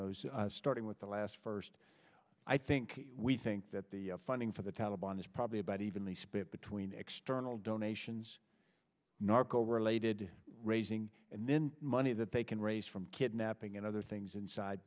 those starting with the last first i think we think that the funding for the taliban is probably about evenly split between external donations narco related raising and then money that they can raise from kidnapping and other things inside